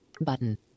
Button